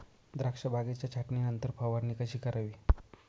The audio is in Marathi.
द्राक्ष बागेच्या छाटणीनंतर फवारणी कशी करावी?